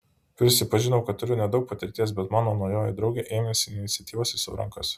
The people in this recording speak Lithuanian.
prisipažinau kad turiu nedaug patirties bet mano naujoji draugė ėmėsi iniciatyvos į savo rankas